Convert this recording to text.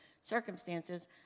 circumstances